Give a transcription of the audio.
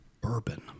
Bourbon